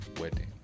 wedding